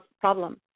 problem